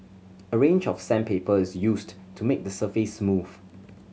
a range of sandpaper is used to make the surface smooth